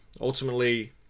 ultimately